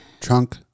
Trunk